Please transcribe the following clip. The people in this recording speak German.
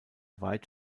weit